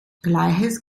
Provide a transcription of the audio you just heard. gleiches